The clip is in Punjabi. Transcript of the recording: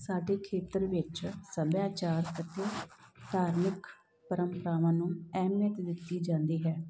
ਸਾਡੇ ਖੇਤਰ ਵਿੱਚ ਸੱਭਿਆਚਾਰ ਅਤੇ ਧਾਰਮਿਕ ਪਰੰਪਰਾਵਾਂ ਨੂੰ ਅਹਿਮੀਅਤ ਦਿੱਤੀ ਜਾਂਦੀ ਹੈ